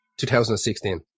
2016